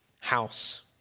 house